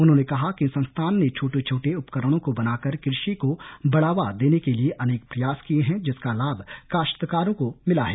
उन्होंने कहा कि संस्थान ने छोटे छोटे उपकरणों को बनाकर कृषि को बढ़ावा देने के लिए अनेक प्रयास किये हैं जिसका लाभ काश्तकारों को मिला है